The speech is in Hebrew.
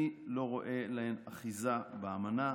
אני לא רואה להן אחיזה באמנה.